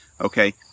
okay